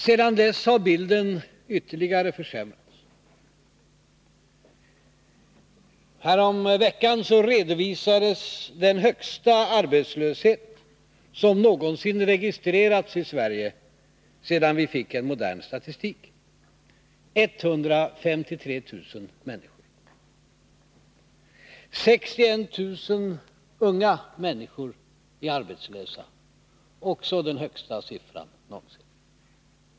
Sedan dess har bilden ytterligare försämrats. Härom veckan redovisades den högsta arbetslöshet som någonsin registrerats i Sverige sedan vi fick en modern statistik: 153 000 människor. 61 000 unga människor är arbetslösa — också det det högsta antalet någonsin.